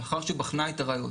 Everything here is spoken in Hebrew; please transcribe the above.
לאחר שבחנה את הראיות,